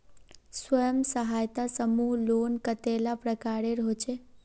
स्वयं सहायता समूह लोन कतेला प्रकारेर होचे?